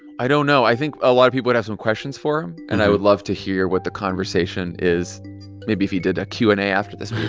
i don't know. i think a lot of people would have some questions for him. and i would love to hear what the conversation is maybe if he did a q and a after the speech